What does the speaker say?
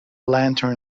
lantern